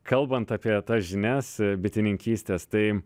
kalbant apie tas žinias bitininkystės tai